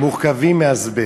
מורכבים מאזבסט,